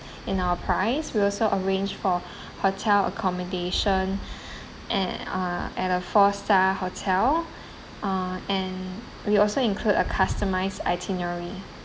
in our price we also arrange for hotel accommodation at uh at a four star hotel uh and we also include a customised itinerary